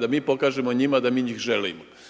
da mi pokažemo njima da mi njih želimo.